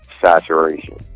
saturation